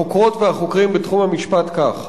החוקרות והחוקרים בתחום המשפט כך: